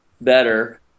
better